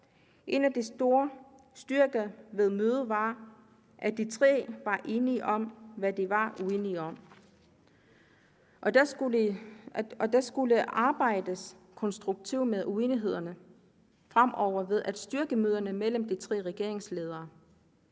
En af styrkerne i mødet var, at de tre var enige om, hvad de var uenige om. Der skulle arbejdes konstruktivt med uenighederne fremover ved at styrke møderne mellem de tre regeringsledere.